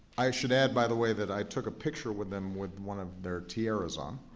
i should add, by the way, that i took a picture with them with one of their tiaras on,